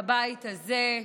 בבית הזה,